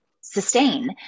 sustain